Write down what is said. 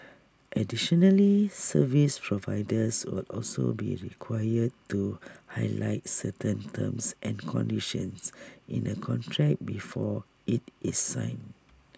additionally service providers will also be required to highlight certain terms and conditions in A contract before IT is signed